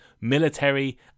military